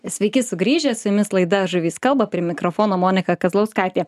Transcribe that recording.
sveiki sugrįžę su jumis laida žuvys kalba prie mikrofono monika kazlauskaitė